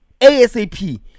ASAP